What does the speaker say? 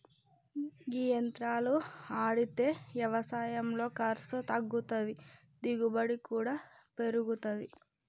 గీ యంత్రాలు ఆడితే యవసాయంలో ఖర్సు తగ్గుతాది, దిగుబడి కూడా పెరుగుతాది